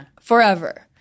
forever